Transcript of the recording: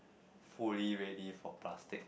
fully ready for plastic